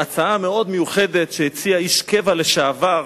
מיוחדת שהציע איש קבע לשעבר,